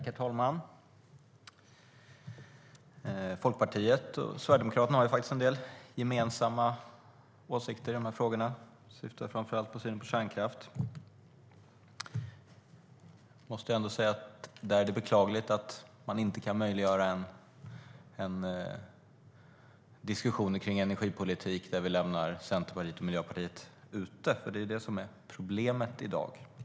Herr talman! Folkpartiet och Sverigedemokraterna har en del gemensamma åsikter i de här frågorna. Jag syftar framför allt på kärnkraften. Jag måste ändå säga att det är beklagligt att man inte kan möjliggöra en diskussion kring energipolitiken där vi lämnar Centerpartiet och Miljöpartiet utanför, för det är ju problemet i dag.